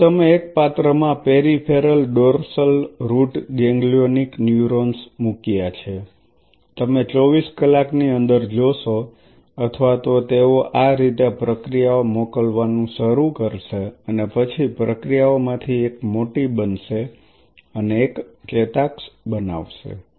તેથી તમે એક પાત્ર માં peripheral dorsal root ganglionic neurons મુક્યા છે તમે 24 કલાકની અંદર જોશો અથવા તો તેઓ આ રીતે પ્રક્રિયાઓ મોકલવાનું શરૂ કરશે અને પછી પ્રક્રિયાઓમાંથી એક મોટી બનશે અને એક ચેતાક્ષ બનાવશે